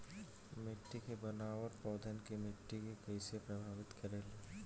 मिट्टी के बनावट पौधन के वृद्धि के कइसे प्रभावित करे ले?